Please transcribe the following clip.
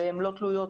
והן לא תלויות